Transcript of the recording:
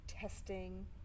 testing